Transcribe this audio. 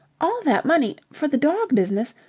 all that money. for the dog-business.